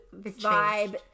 vibe